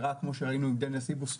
שראינו עם דניה סיבוס,